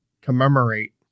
commemorate